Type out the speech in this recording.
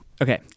Okay